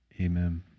Amen